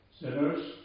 sinners